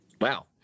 Wow